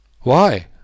Why